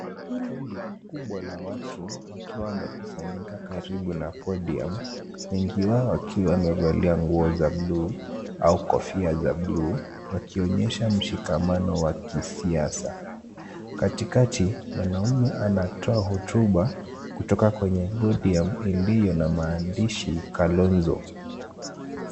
Kundi kubwa la watu wakiwa wamekusanyika karibu na podium , wengi wao wakiwa wamevalia nguo za bluu au kofia za bluu wakionyesha mshikamano wa kisiasa, katikati mwanaume anatoa hotuba kutoka kwenye podium iliyo na maandishi Kalonzo.